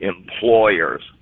employers